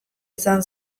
izan